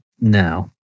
No